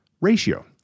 ratio